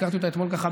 שהזכרתי אתמול ככה,